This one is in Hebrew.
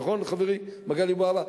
נכון, חברי מגלי והבה?